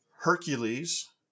hercules